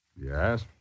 Yes